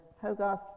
Hogarth